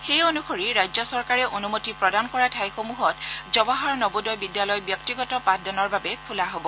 সেই অনুসৰি ৰাজ্য চৰকাৰে অনুমতি প্ৰদান কৰা ঠাইসমূহত জৱাহৰ নৱোদয় বিদ্যালয় ব্যক্তিগত পাঠদানৰ বাবে খোলা হ'ব